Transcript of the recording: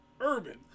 urban